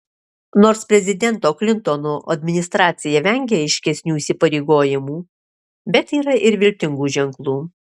nors prezidento klintono administracija vengia aiškesnių įsipareigojimų bet yra ir viltingų ženklų